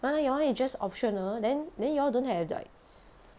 !huh! your one is just optional then then you all don't have like